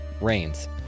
rains